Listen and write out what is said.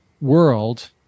world